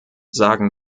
sagen